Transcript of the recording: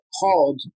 called